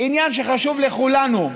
עניין שחשוב לכולנו,